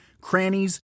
crannies